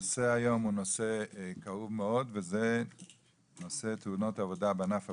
הנושא היום הוא נושא כאוב מאוד וזה נושא תאונות עבודה בענף הבנייה,